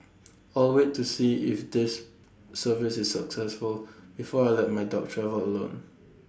I'll wait to see if this service is successful before I let my dog travel alone